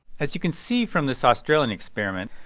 as you can see from this australian experiment,